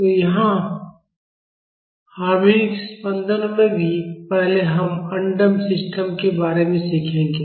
तो यहाँ हार्मोनिक स्पंदनों में भी पहले हम अनडम्प्ड सिस्टम के बारे में सीखेंगे